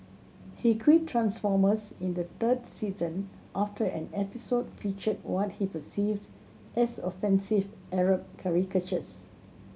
he quit Transformers in the third season after an episode featured what he perceived as offensive Arab caricatures